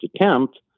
attempt